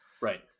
Right